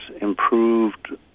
improved